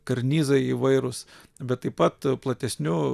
karnizai įvairūs bet taip pat platesniu